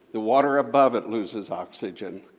the water above it loses oxygen.